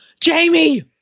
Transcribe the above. Jamie